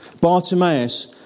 Bartimaeus